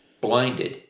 blinded